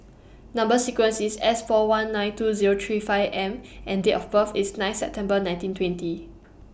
Number sequence IS S four one nine two Zero three five M and Date of birth IS nine September nineteen twenty